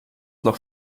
noch